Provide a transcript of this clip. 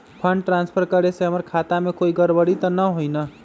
Fund transfer करे से हमर खाता में कोई गड़बड़ी त न होई न?